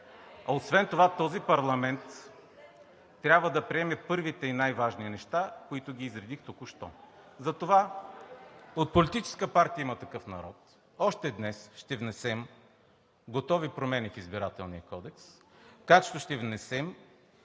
Освен това този парламент трябва да приеме първите и най-важни неща, които изредих току-що. Затова от Политическа партия „Има такъв народ“ още днес ще внесем готови промени в Избирателния кодекс, както ще внесем